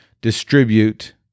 distribute